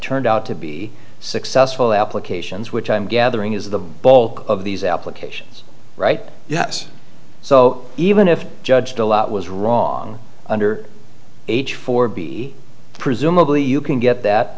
turned out to be successful applications which i'm gathering is the bulk of these applications right yes so even if judged a lot was wrong under h four b presumably you can get that